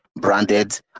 branded